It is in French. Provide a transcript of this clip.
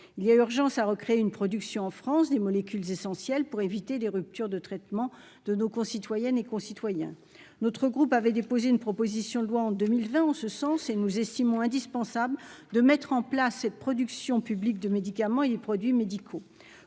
il y a urgence à recréer une production en France des molécules essentielles pour éviter les ruptures de traitement de nos concitoyennes et concitoyens, notre groupe avait déposé une proposition de loi en 2020 en ce sens et nous estimons indispensable de mettre en place et de production publique de médicaments et des produits médicaux,